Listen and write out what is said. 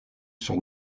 sur